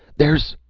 there's.